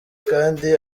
kandi